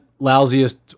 lousiest